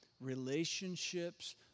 relationships